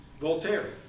Voltaire